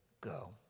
go